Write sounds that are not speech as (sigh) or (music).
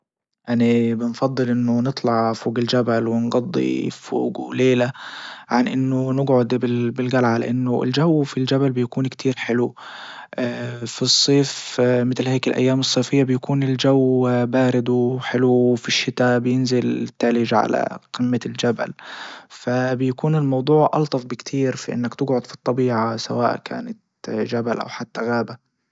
اني بنفضل انه نطلع فوج الجبل ونجضي فوجه ليلة عن انه نجعد بالجلعة لانه الجو في الجبل بيكون كتير حلو (hesitation) في الصيف متل هيك الايام الصيفية بيكون الجو بارد وحلو وفي الشتا بينزل التلج على قمة الجبل فبيكون الموضوع الطف بكتير في انك تجعد في الطبيعة سواء كانت جبل او حتى غابة.